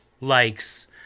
likes